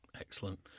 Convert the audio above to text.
Excellent